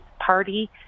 party